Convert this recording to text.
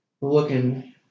looking